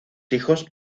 hijos